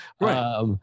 Right